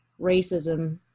racism